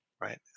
Right